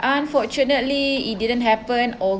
unfortunately it didn't happen or